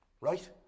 Right